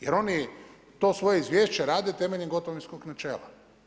Jer oni to svoje izvješće rade temeljem gotovinskog načela.